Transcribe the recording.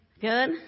Good